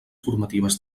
formatives